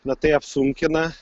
na tai apsunkina